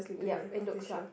yup it looks like